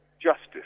Justice